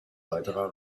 weiterer